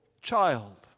child